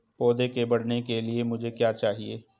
पौधे के बढ़ने के लिए मुझे क्या चाहिए?